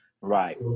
Right